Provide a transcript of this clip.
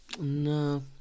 No